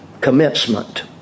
commencement